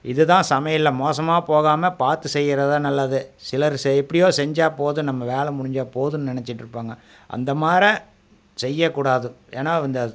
இது தான் சமையல்ல மோசமாக போகாமல் பார்த்து செய்கிறது தான் நல்லது சிலர் சே எப்படியோ செஞ்சால் போதும் நம்ம வேலை முடிஞ்சால் போதுன்னு நினச்சிட்ருப்பாங்க அந்த மாரி செய்யக்கூடாது ஏன்னா இந்த